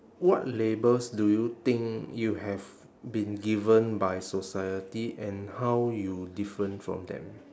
what labels do you think you have been given by society and how you different from them